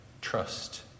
trust